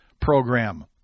program